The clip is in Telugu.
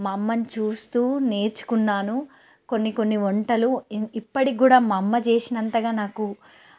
మా అమ్మను చూస్తూ నేర్చుకున్నాను కొన్ని కొన్ని వంటలు ఇప్పటికి కూడా మా అమ్మ చేసినంతగా నాకు